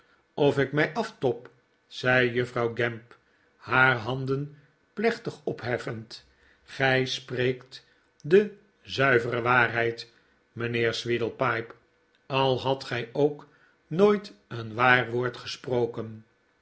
of ik mij aftob zei juffrouw gamp haar handen plechtig opheffend gij spreekt de zuivere waarheid mijnheer sweedlepipe al hadt gij ook nooit een waar woord gesproken